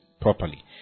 properly